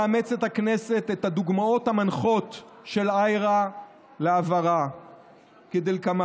מאמצת הכנסת את הדוגמאות המנחות של IHRA להבהרה כדלקמן: